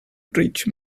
rich